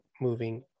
moving